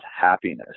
Happiness